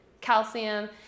calcium